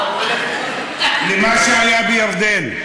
למה שהיה בירדן.